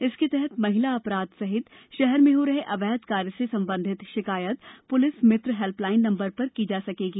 इसके तहत महिला अपराध सहित शहर में हो रहे अवैध कार्य से संबंधित शिकायत पुलिस मित्र हेल्पलाईन नंबर पर की जा सकेगी